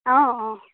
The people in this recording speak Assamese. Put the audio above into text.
অঁ অঁ